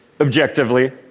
objectively